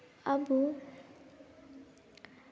ᱟᱵᱚ